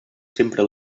sempre